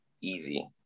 easy